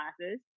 classes